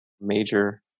major